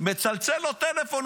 מצלצל לו טלפון,